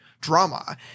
drama